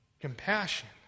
compassion